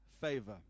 favor